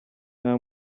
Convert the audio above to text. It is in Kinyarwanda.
nta